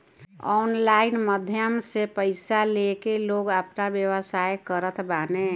online माध्यम से पईसा लेके लोग आपन व्यवसाय करत बाने